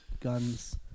guns